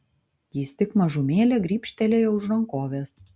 jis tik mažumėlę gribštelėjo už rankovės